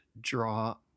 draw